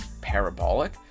parabolic